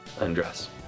undress